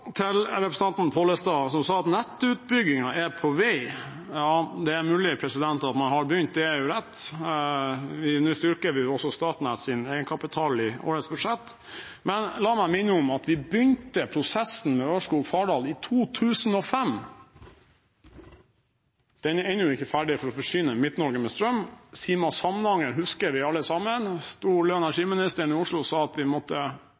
til representanten Pollestad, som sa at «nettutbyggingen er i gang». Ja, det er mulig at man har begynt, det er rett. Nå styrker vi også Statnetts egenkapital i årets budsjett. Men la meg minne om at vi begynte prosessen med Ørskog–Fardal i 2005 for å forsyne Midt-Norge med strøm. Den er ennå ikke ferdig. Sima–Samnanger husker vi alle sammen. Da sto olje- og energiministeren i Oslo og sa at vi måtte